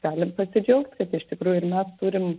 galim pasidžiaugt kad iš tikrųjų ir mes turim